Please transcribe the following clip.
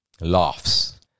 laughs